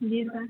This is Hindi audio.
जी सर